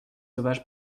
sauvage